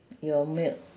your milk